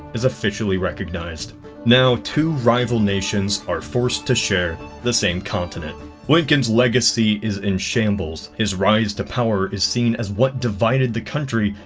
is officially recognized now two rival nations are forced to share, the same continent lincoln's legacy is in shambles his rise to power is seen as what divided the country,